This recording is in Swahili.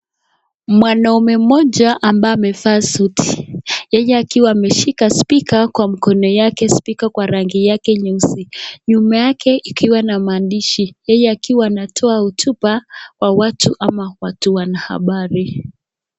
Mwanaume mmoja ambaye amevaa suti yeye akiwa ameshika spika kwa mkono yake spika kwa rangi yake nyeusi nyuma yake ikiwa na maandishi yeye akiwa anatoa hotuba kwa watu ama watu wanahabari.